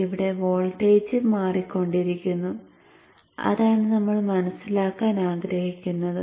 ഇവിടെ വോൾട്ടേജ് മാറിക്കൊണ്ടിരിക്കുന്നു അതാണ് നമ്മൾ മനസ്സിലാക്കാൻ ആഗ്രഹിക്കുന്നതും